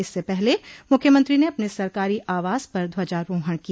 इससे पहले मुख्यमंत्री ने अपने सरकारी आवास पर ध्वजारोहण किया